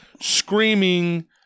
screaming